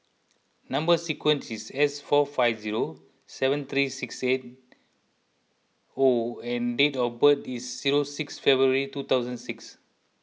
Number Sequence is S four five zero seven three six eight O and date of birth is zero six February two thousand six